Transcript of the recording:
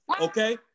Okay